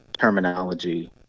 terminology